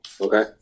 Okay